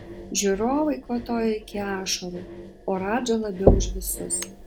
žiūrovai kvatojo iki ašarų o radža labiau už visus